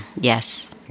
Yes